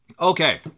Okay